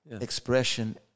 expression